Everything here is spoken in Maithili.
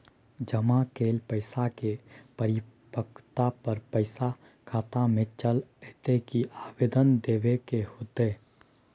जमा कैल पैसा के परिपक्वता पर पैसा खाता में चल अयतै की आवेदन देबे के होतै?